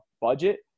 budget